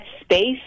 space